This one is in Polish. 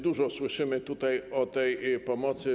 Dużo słyszymy tutaj o tej pomocy.